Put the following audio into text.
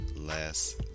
less